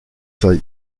sei